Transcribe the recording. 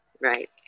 Right